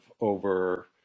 over